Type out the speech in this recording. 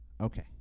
Okay